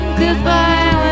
goodbye